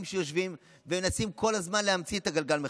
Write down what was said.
שיושבים ומנסים כל הזמן להמציא את הגלגל מחדש.